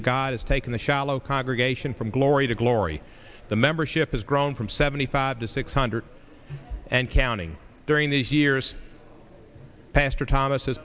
has taken the shallow congregation from glory to glory the membership has grown from seventy five to six hundred and counting during these years pastor thomas